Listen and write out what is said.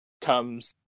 comes